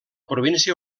província